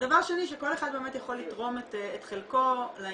ודבר שני שכל אחד באמת יכול לתרום את חלקו לעניין.